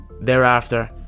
Thereafter